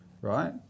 right